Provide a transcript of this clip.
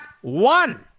one